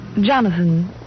Jonathan